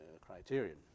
criterion